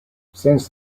since